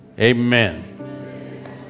Amen